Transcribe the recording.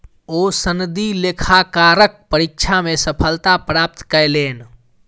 ओ सनदी लेखाकारक परीक्षा मे सफलता प्राप्त कयलैन